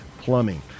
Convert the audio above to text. Plumbing